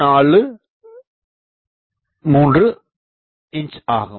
743 inch ஆகும்